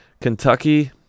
Kentucky